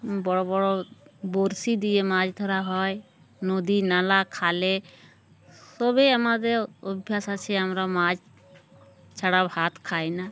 বড়ো বড়ো বড়শি দিয়ে মাছ ধরা হয় নদী নালা খালে সবেই আমাদের অভ্যাস আছে আমরা মাছ ছাড়া ভাত খাই না